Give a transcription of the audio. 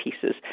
pieces